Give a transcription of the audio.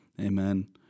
Amen